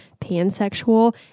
pansexual